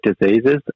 diseases